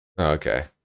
Okay